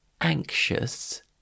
anxious